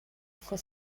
for